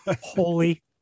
Holy